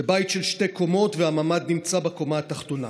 זה בית של שתי קומות, והממ"ד נמצא בקומה התחתונה.